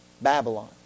Babylon